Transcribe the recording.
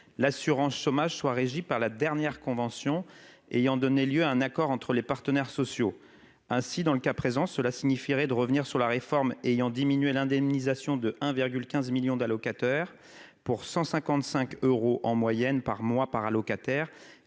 l'assurance chômage soient régis par la dernière convention ayant donné lieu à un accord entre les partenaires sociaux, ainsi dans le cas présent, cela signifierait de revenir sur la réforme ayant diminué l'indemnisation de 1 15 1000000 d'allocataires pour cent cinquante-cinq euros en moyenne par mois par locataire